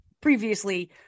previously